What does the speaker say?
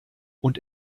und